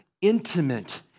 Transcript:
intimate